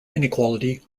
inequality